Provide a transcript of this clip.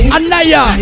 Anaya